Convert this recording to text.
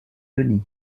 denis